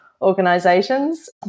organizations